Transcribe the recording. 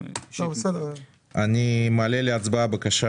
אני מעלה להצבעה בקשה